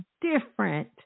different